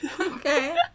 Okay